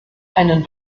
einen